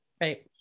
Right